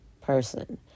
person